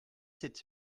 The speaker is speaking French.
sept